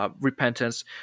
repentance